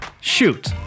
shoot